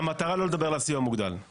המטרה לא לדבר על הסיוע המוגדל,